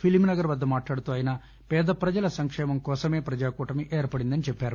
ఫిలింనగర్ వద్ద మాట్హాడుతూ ఆయన పేద ప్రజల సంక్షేమం కోసం ప్రజాకూటమి ఏర్పడిందని చెప్పారు